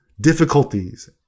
difficulties